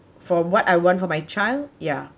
for what I want for my child ya